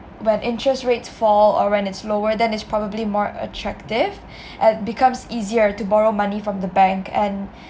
when interest rates fall or when it's lower than it's probably more attractive it becomes easier to borrow money from the bank and